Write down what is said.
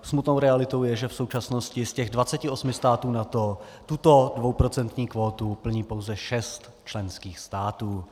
Smutnou realitou je, že v současnosti z 28 států NATO tuto dvouprocentní kvótu plní pouze šest členských států.